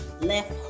left